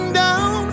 down